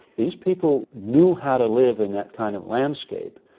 these people knew how to live in that kind of landscape,